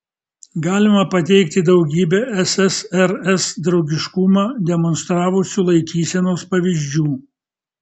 galima pateikti daugybę ssrs draugiškumą demonstravusių laikysenos pavyzdžių